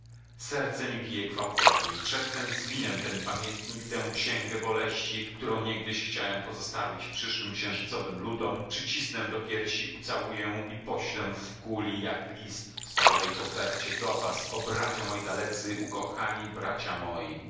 serce mi bije gwałtownie przedtem zwinę ten pamiętnik tę księgę boleści którą niegdyś chciałem pozostawić przyszłym księżycowym ludom przycisnę do piersi ucałuję i poślę w kuli jak list w stalowej kopercie do was o bracia moi dalecy ukochani bracia moi